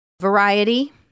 Variety